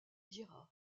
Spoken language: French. dira